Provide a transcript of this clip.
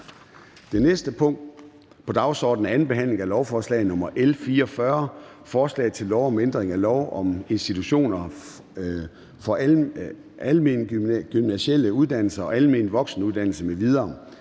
Det næste punkt på dagsordenen er: 10) 2. behandling af lovforslag nr. L 44: Forslag til lov om ændring af lov om institutioner for almengymnasiale uddannelser og almen voksenuddannelse m.v.